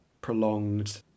prolonged